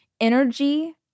energy